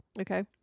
Okay